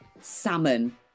salmon